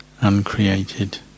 uncreated